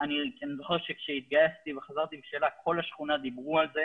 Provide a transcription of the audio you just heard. אני זוכר שכשהתגייסתי וחזרתי בשאלה כל השכונה דיברה על זה,